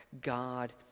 god